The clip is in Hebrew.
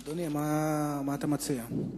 אדוני, מה אתה מציע,